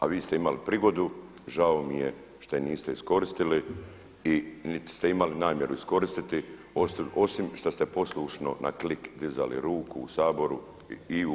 A vi ste imali prigodu, žao mi je što je niste iskoristili niti ste imali namjeru iskoristiti osim što ste poslušno na klik dizali ruku u Saboru i u Vladi.